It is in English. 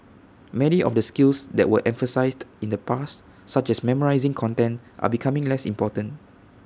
many of the skills that were emphasised in the past such as memorising content are becoming less important